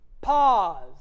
Pause